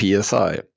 PSI